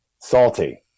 salty